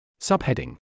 Subheading